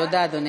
תודה, אדוני.